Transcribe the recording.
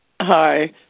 Hi